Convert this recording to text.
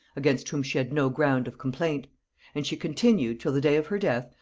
against whom she had no ground of complaint and she continued, till the day of her death,